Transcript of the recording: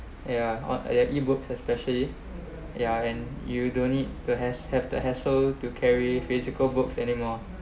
yeah or ebooks especially yeah and you don't need perhaps have the hassle to carry physical books anymore